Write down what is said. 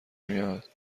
میاد